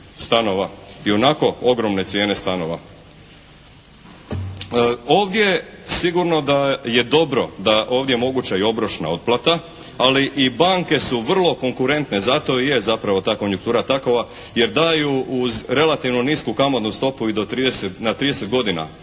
ionako ogromne cijene stanova. Ovdje sigurno da je dobro da je ovdje mogu i obročna otplata ali i banke su vrlo konkurentne. Zato i je zapravo ta konjuktura takova jer daju uz relativno nisku kamatnu stopu i na 30 godina